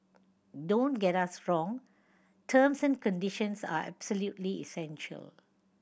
don't get us wrong terms and conditions are absolutely essential